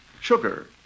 Sugar